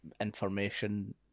information